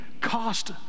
cost